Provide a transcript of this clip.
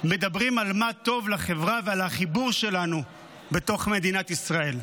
מדברים על מה טוב לחברה ועל החיבור שלנו בתוך מדינת ישראל.